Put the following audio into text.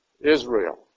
Israel